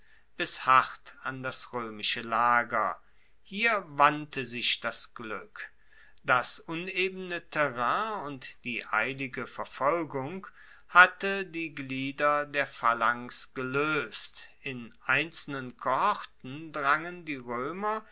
bis hart an das roemische lager hier wandte sich das glueck das unebene terrain und die eilige verfolgung hatte die glieder der phalanx geloest in einzelnen kohorten drangen die roemer